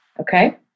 Okay